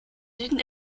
süden